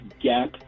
gap